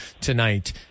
tonight